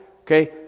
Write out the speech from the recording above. Okay